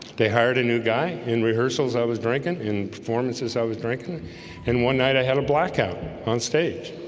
they hired a new guy in rehearsals. i was drinking in performances. i was drinking and one night. i had a blackout on stage